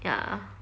ya